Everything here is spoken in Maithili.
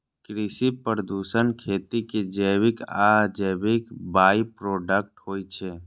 कृषि प्रदूषण खेती के जैविक आ अजैविक बाइप्रोडक्ट होइ छै